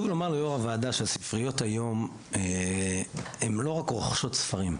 לומר ליושבת ראש הוועדה שהספריות היום הן לא רק רוכשות ספרים.